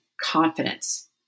confidence